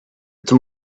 two